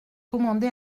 commandé